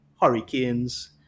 hurricanes